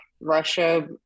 Russia